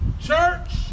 Church